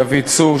דוד צור,